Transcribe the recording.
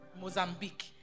Mozambique